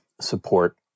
support